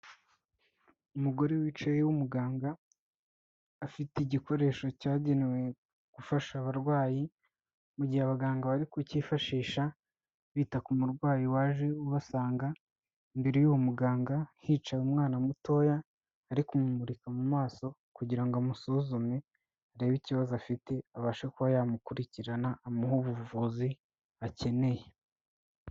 Umugore wicaye w'umuganga, afite igikoresho cyagenewe gufasha abarwayi mu gihe abaganga bari kucyifashisha bita ku murwayi waje ubasanga, imbere y'uwo muganga hicaye umwana mutoya ari kumumurika mu maso kugira ngo amusuzume arebe ikibazo afite abashe kuba yamukurikirana amuhe ubuvuzi akeneye.